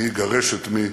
מי יגרש את מי,